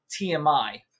TMI